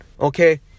okay